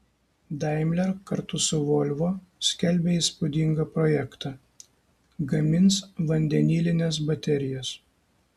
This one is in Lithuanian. daimler kartu su volvo skelbia įspūdingą projektą gamins vandenilines baterijas